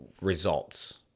results